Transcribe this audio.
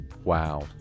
Wow